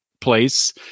place